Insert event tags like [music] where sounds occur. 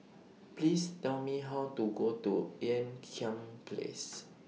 Please Tell Me How to Go to Ean Kiam Place [noise]